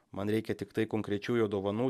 man reikia tiktai konkrečių jo dovanų